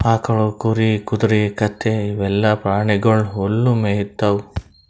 ಆಕಳ್, ಕುರಿ, ಕುದರಿ, ಕತ್ತಿ ಇವೆಲ್ಲಾ ಪ್ರಾಣಿಗೊಳ್ ಹುಲ್ಲ್ ಮೇಯ್ತಾವ್